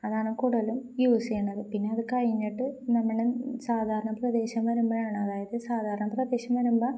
അതാണ് കൂടുതലും യൂസ് ചെയ്യണത് പിന്നെ അത് കഴിഞ്ഞിട്ട് നമ്മള് സാധാരണ പ്രദേശം വരുമ്പോഴാണ് അതായത് സാധാരണ പ്രദേശം വരുമ്പ